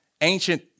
ancient